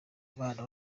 umubano